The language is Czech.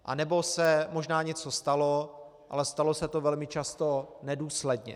Anebo se možná něco stalo, ale stalo se to velmi často nedůsledně.